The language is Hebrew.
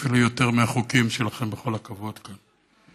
אפילו יותר מהחוקים שלכם, בכל הכבוד כאן.